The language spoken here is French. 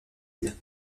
îles